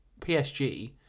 PSG